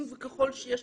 אם ככה אתם